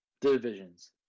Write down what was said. divisions